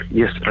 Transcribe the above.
yes